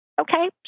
Okay